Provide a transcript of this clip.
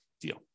deal